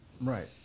Right